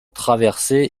traverser